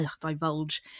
divulge